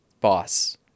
boss